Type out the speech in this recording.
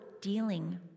dealing